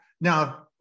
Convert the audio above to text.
now